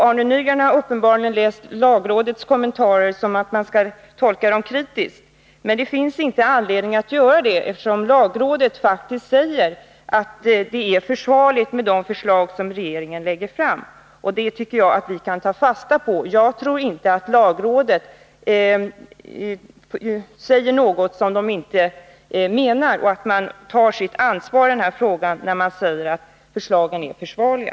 Arne Nygren har uppenbarligen av lagrådets kommentarer fått uppfattningen att förslaget skall tolkas kritiskt. Men det finns inte anledning att göra det, eftersom lagrådet faktiskt säger att det är försvarligt med de förslag regeringen lägger fram. Det tycker jag vi kan ta fasta på. Jag tror inte att lagrådet säger något som det inte menar eller att det inte tar sitt ansvar i frågan när det säger att förslagen är försvarliga.